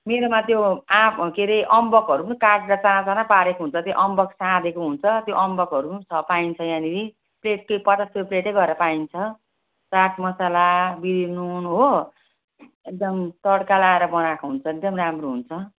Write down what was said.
मेरोमा त्यो आँप के रे अम्बकहरू पनि काटेर चाना चाना पारेको हुन्छ त्यो अम्बक साँधेको हुन्छ त्यो अम्बकहरू पनि छ पाइन्छ यहाँनेरि प्लेट त्यही पचास रुपियाँ प्लेटै गरेर पाइन्छ चाट मसाला बिरेनुन हो एकदम तड्का लाएर बनाएको हुन्छ एकदम राम्रो हुन्छ